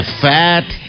fat